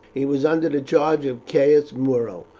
he was under the charge of caius muro,